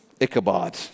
Ichabod